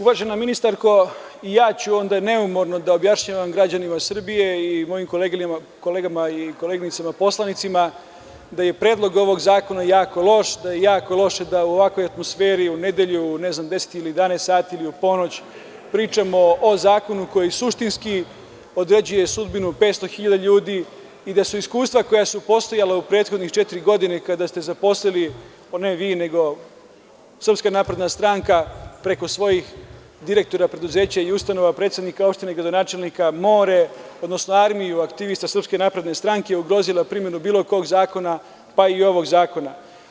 Uvažena ministarko, ja ću onda takođe neumorno da objašnjavam građanima Srbije i mojim kolegama poslanicima da je predlog ovog zakona jako loš, da je jako loše da u ovakvoj atmosferi, u nedelju u 22 časa ili u 23 časa, ili u ponoć pričamo o zakonu koji suštinski određuje sudbinu 500 hiljada ljudi i da su iskustva koja su postojala u prethodne četiri godine, kada ste zaposlili, ne vi, nego SNS preko svojih direktora preduzeća i ustanova, predsednika opština, gradonačelnika, armiju aktivista SNS, ugrozila primenu bilo kog zakona, pa i ovog zakona.